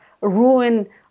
ruin